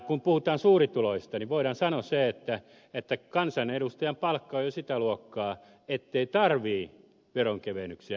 kun puhutaan suurituloisista niin voidaan sanoa se että kansanedustajan palkka on jo sitä luokkaa ettei tarvitse veronkevennyksiä